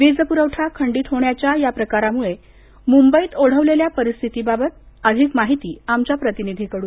वीज पुरवठा खंडित होण्याच्या या प्रकारामुळे मुंबईत ओढवलेल्या परिस्थिती बाबत अधिक माहिती आमच्या प्रतिनिधीकडून